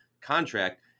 contract